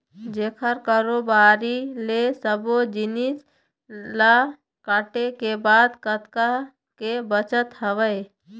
जेखर कारोबारी ले सब्बो जिनिस ल काटे के बाद कतका के बचत हवय